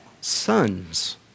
sons